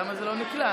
למה זה לא נקלט?